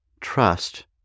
trust